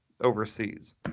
overseas